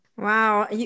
Wow